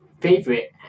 favorite